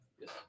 Yes